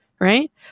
right